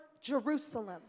Jerusalem